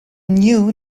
knew